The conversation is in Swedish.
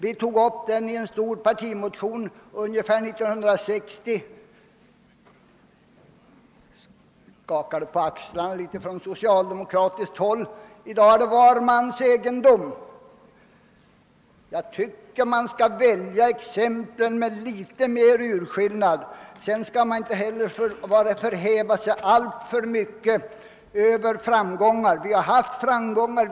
Vi tog upp det ämnet i en stor partimotion omkring 1960, men socialdemokraterna ryckte bara på axlarna. I dag omfattas miljöpolitiken av var man. Jag tycker man bör välja exemplen med litet större urskillning. Jag tycker att man inte heller bör förhäva sig över framgångar. Vi har haft framgångar.